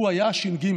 הוא היה הש"ג,